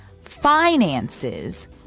finances